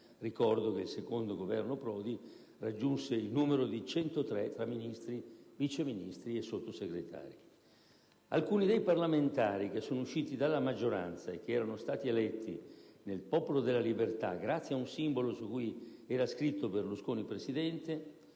ricordo che il II Governo Prodi raggiunse il numero di 103 membri tra Ministri, Vice Ministri e Sottosegretari. Alcuni dei parlamentari che sono usciti dalla maggioranza, e che erano stati eletti nel Popolo della Libertà grazie a un simbolo su cui era scritto «Berlusconi Presidente»,